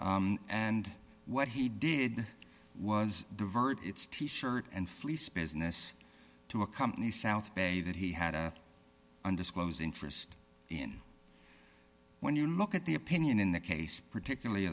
right and what he did was divert its t shirt and fleece business to a company south bay that he had a undisclosed interest in when you look at the opinion in the case particularly